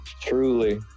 Truly